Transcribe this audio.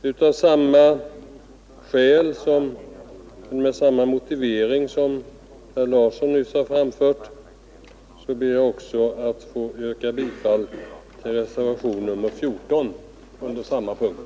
Med samma motivering som den herr Larsson i Öskevik nyss har framfört ber jag också att få yrka bifall till reservationen 14 vid samma punkt.